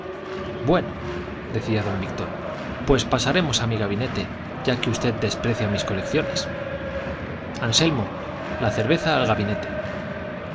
disertaba bueno decía don víctor pues pasaremos a mi gabinete ya que usted desprecia mis colecciones anselmo la cerveza al gabinete